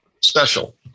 special